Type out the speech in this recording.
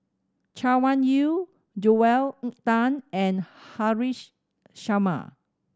Chay Weng Yew Joel Tan and Haresh Sharma